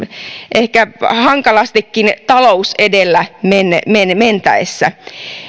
ehkä hankalastikin talous edellä mentäessä